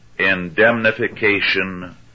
indemnification